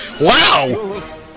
wow